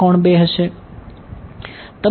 વિધ્યાર્થી